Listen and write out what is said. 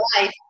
life